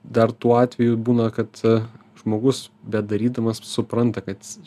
dar tuo atveju būna kad žmogus bedarydamas supranta kad